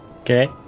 Okay